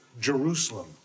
Jerusalem